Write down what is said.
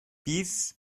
biz